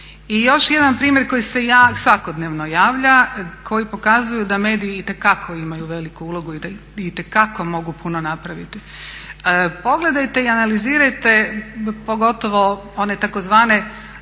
I još jedan primjer koji se svakodnevno javlja koji pokazuje da mediji itekako imaju veliku ulogu i da itekako mogu puno napraviti. Pogledajte i analizirajte pogotovo one tzv.